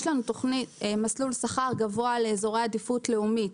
יש לנו מסלול שכר גבוה לאזורי עדיפות לאומית.